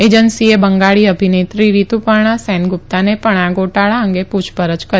એજન્સીએ બંગાળી અભિનેત્રી રીતુ પર્ણા સેનગુપ્તાને પણ આ ગોટાળા અંગે પૂછપરછ કરી